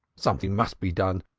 something must be done,